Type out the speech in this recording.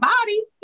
body